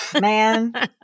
Man